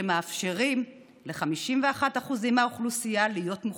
שמאפשרים ל-51% מהאוכלוסייה להיות מוחלשות,